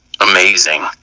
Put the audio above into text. amazing